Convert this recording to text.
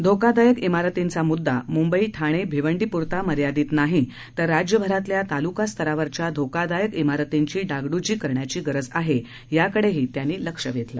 धोकादायक इमारतींचा मुद्दा मुंबई ठाणे भिवंडीपुरता मर्यादित नाही तर राज्यभरातल्या तालुका स्तरावरच्या धोकादायक इमारतींची डागडुजी करण्याची गरज आहे याकडे त्यांनी लक्ष वेधलं